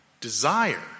desire